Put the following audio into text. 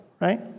Right